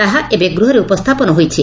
ତାହା ଏବେ ଗୃହରେ ଉପସ୍ଥାପନା ହୋଇଛି